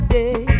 day